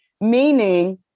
Meaning